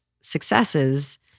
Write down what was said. successes